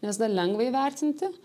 nes dar lengva įvertinti